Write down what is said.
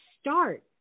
start